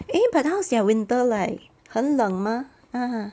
eh but how's their winter like 很冷 mah ah !huh!